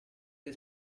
che